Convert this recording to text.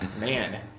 Man